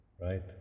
Right